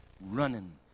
Running